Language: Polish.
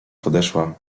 podeszła